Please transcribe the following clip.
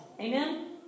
Amen